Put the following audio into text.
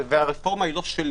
הרפורמה אינה שלי.